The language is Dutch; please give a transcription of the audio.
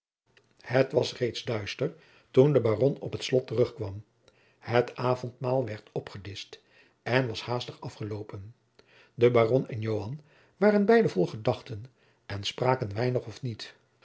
het was reeds duister toen de baron op het slot terugkwam het avondmaal werd opgedischt en was haastig afgeloopen de baron en joan waren beide vol gedachten en spraken weinig of niet